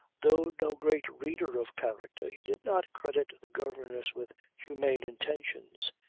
though no great reader of character he did not credit the governess with humane intentions.